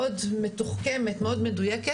מאוד מתוחכמת ומאוד מדויקת.